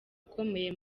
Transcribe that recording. ukomeye